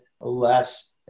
less